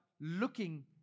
looking